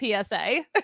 PSA